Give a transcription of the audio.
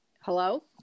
Hello